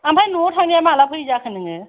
आमफाय न'आव थांनाया माला फैयो जाखो नोङो